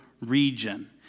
region